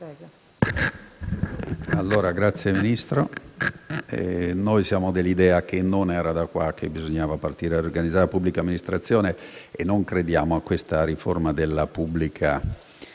Signor Ministro, siamo dell'idea che non era da qui che bisognava partire per riorganizzare la pubblica amministrazione e non crediamo a questa riforma della pubblica dirigenza,